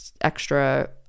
extra